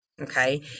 Okay